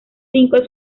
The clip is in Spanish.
cinco